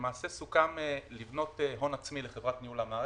וסוכם לבנות הון עצמי לחברת ניהול המערכת,